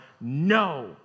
No